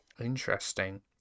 Interesting